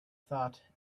thought